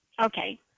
Okay